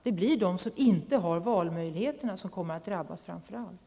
Det blir i stället de som inte har valmöjligheter som framför allt kommer att drabbas.